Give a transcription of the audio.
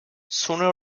sooner